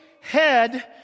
head